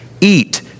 eat